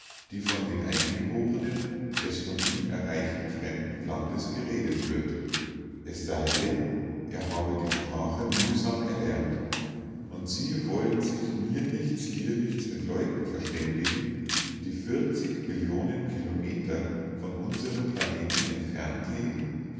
die von den eingeborenen des von ihm erreichten fremden landes geredet wird es sei denn er habe die sprache mühsam erlernt und sie wollen sich mir nichts dir nichts mit leuten verständigen die billionen kilometer von unserem planeten entfernt leben